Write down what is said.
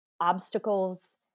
obstacles